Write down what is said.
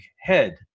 head